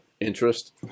interest